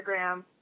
Instagram